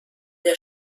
der